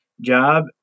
job